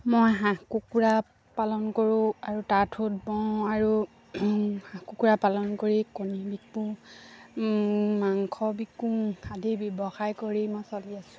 মই হাঁহ কুকুৰা পালন কৰোঁ আৰু তাঁত সূত বওঁ আৰু হাঁহ কুকুৰা পালন কৰি কণী বিকো মাংস বিকো আদি ব্যৱসায় কৰি মই চলি আছো